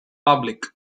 public